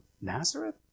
Nazareth